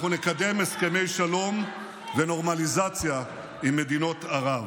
אנחנו נקדם הסכמי שלום ונורמליזציה עם מדינות ערב.